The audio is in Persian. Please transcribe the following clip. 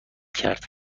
کرد